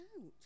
out